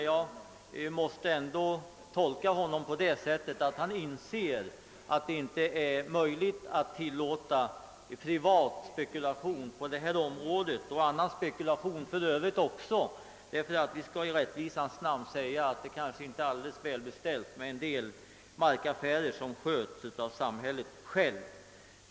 Jag måste tolka honom på det sättet att han inser att det inte är möjligt att tillåta privat spekulation på detta område och för övrigt inte heller annan spekulation. Vi skall nämligen i rättvisans namn medge att det kanske inte är alldeles välbeställt med en del markaffärer som sköts av samhället självt.